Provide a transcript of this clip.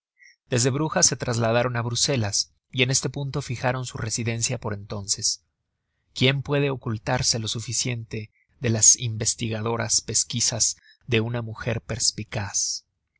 desde brujas se trasladaron á bruselas y en este punto fijaron su residencia por entonces quién puede ocultarse lo suficiente de las investigadoras pesquisas de una mujer perspicaz